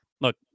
look